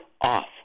off